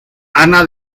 ana